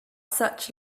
such